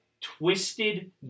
twisted